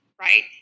Right